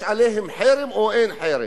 יש עליהם חרם או אין עליהם חרם?